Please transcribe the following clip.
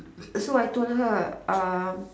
so I told her um